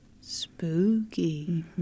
Spooky